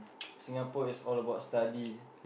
Singapore is all about study